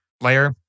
layer